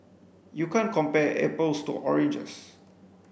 you can't compare apples to oranges